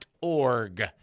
org